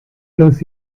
los